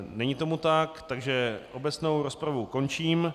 Není tomu tak, takže obecnou rozpravu končím.